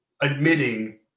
admitting